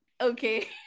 okay